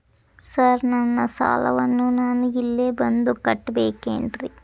Sir ನನ್ನ ಸಾಲವನ್ನು ನಾನು ಇಲ್ಲೇ ಬಂದು ಕಟ್ಟಬೇಕೇನ್ರಿ?